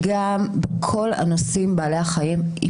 כל מה שקשור לבעלי חיים,